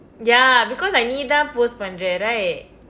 ya because like நீதான்:niithaan post பண்ற:panra right